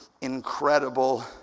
incredible